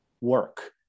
work